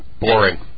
Boring